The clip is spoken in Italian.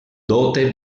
dote